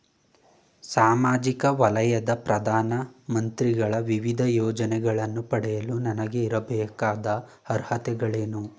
ಸಾಮಾಜಿಕ ವಲಯದ ಪ್ರಧಾನ ಮಂತ್ರಿಗಳ ವಿವಿಧ ಯೋಜನೆಗಳನ್ನು ಪಡೆಯಲು ನನಗೆ ಇರಬೇಕಾದ ಅರ್ಹತೆಗಳೇನು?